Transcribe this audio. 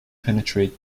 penetrate